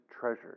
treasures